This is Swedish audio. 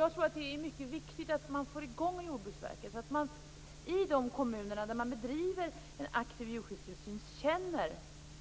Jag tror att det är mycket viktigt att få i gång Jordbruksverket, så att man i de kommuner där man bedriver en aktiv djurskyddstillsyn känner